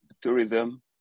tourism